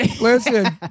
Listen